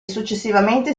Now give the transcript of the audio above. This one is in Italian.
successivamente